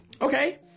okay